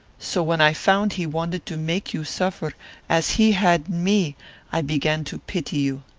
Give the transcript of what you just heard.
so when i found he wanted to make you suffer as he had me i began to pity you.